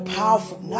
powerful